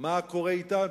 מה קורה אתנו,